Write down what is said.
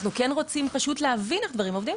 אנחנו כן רוצים פשוט להבין איך דברים עובדים,